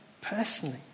personally